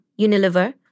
Unilever